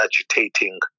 agitating